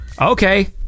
Okay